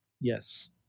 Yes